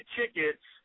tickets